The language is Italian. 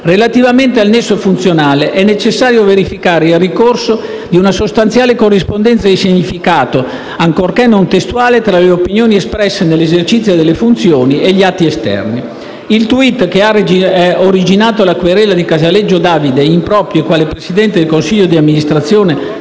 Relativamente al nesso funzionale, è necessario verificare il ricorso di una sostanziale corrispondenza di significato, ancorché non testuale, tra le opinioni espresse nell'esercizio della funzione e gli atti esterni. Il *tweet* che ha originato la querela di Casaleggio Davide, in proprio e quale presidente del consiglio di amministrazione